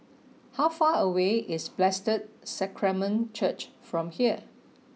how far away is Blessed Sacrament Church from here